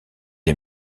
est